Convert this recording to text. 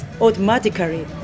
automatically